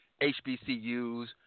HBCUs